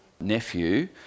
nephew